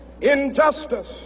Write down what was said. injustice